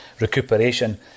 recuperation